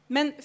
Men